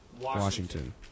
Washington